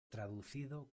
traducido